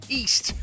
east